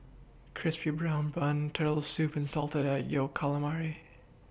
Crispy Brown Bun Turtle Soup and Salted Egg Yolk Calamari